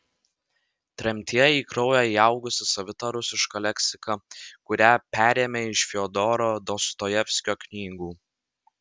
tremtyje į kraują įaugusi savita rusiška leksika kurią perėmė iš fiodoro dostojevskio knygų